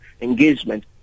engagement